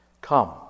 come